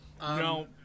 No